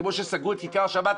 כמו שסגרו את כיכר השבת,